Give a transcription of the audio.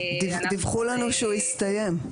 דיווחו לנו שהוא הסתיים.